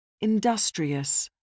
Industrious